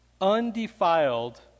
undefiled